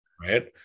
Right